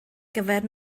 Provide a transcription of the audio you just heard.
gyfer